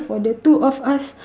for the two of us